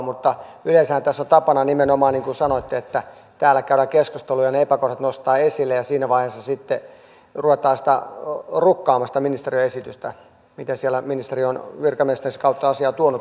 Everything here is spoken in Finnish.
mutta yleensähän tässä on tapana nimenomaan niin kuin sanoitte että täällä käydään keskustelua ja ne epäkohdat nostetaan esille ja siinä vaiheessa sitten ruvetaan rukkaamaan sitä ministeriön esitystä miten ministeri on virkamiestensä kautta asiaa tuonut tänne saliin